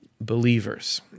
believers